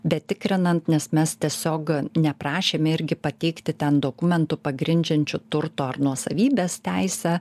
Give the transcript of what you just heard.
betikrinant nes mes tiesiog neprašėme irgi pateikti ten dokumentų pagrindžiančių turto ar nuosavybės teisę